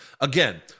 Again